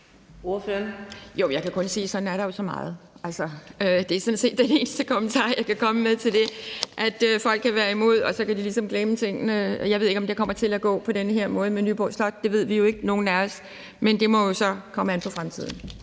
Jeg kan kun sige, at sådan er der jo så meget. Det er sådan set den eneste kommentar, jeg kan komme med til det, altså at folk kan være imod noget, og så kan de ligesom glemme tingene. Jeg ved ikke, om det kommer til at gå på den her måde med Nyborg Slot. Det er der jo ikke nogen af os der ved, men det må jo så komme an på fremtiden.